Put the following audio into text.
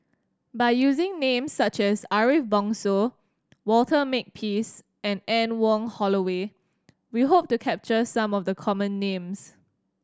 by using names such as Ariff Bongso Walter Makepeace and Anne Wong Holloway we hope to capture some of the common names